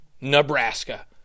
Nebraska